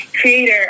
creator